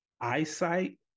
eyesight